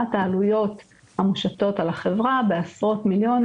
העלויות המושתות על החברה בעשרות מיליונים